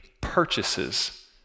purchases